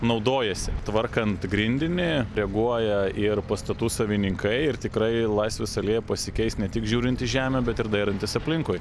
naudojasi tvarkant grindinį reaguoja ir pastatų savininkai ir tikrai laisvės alėja pasikeis ne tik žiūrint į žemę bet ir dairantis aplinkui